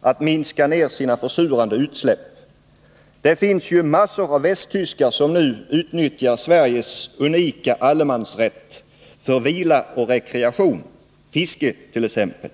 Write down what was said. att minska ner sina försurande utsläpp. Massor av västtyskar utnyttjar ju Sveriges unika allemansrätt för vila och rekreation, t.ex. fiske.